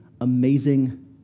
amazing